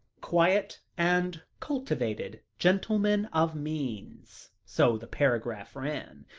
quiet and cultivated gentleman of means, so the paragraph ran,